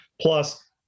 Plus